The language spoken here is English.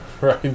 right